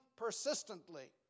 persistently